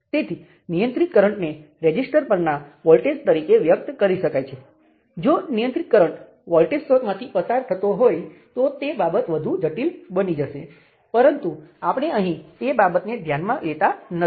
તમે ત્રણ નોડ સમીકરણો લખી શકો છો હવે મેટ્રિક્સ અસંમિત બને છે કારણ કે તમે જોઈ શકો છો કે આ પદ બરાબર તે પદ નથી